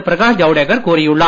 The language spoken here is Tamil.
பிரகாஷ் ஜவடேகர் கூறியுள்ளார்